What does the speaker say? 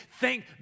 Thank